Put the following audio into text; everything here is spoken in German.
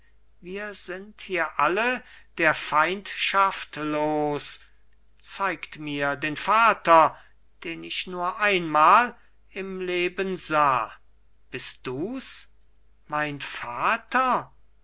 wir sind hier alle der feindschaft los zeigt mir den vater den ich nur einmal im leben sah bist du's mein vater